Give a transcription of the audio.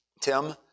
Tim